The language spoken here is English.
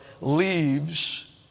leaves